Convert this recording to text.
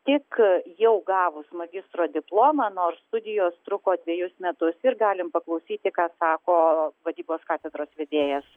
tik jau gavus magistro diplomą nors studijos truko dvejus metus ir galim paklausyti ką sako vadybos katedros vedėjas